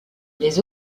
les